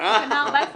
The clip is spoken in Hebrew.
תקנה 1,